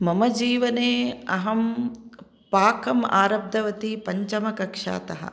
मम जीवने अहं पाकम् आरब्धवती पञ्चमकक्षातः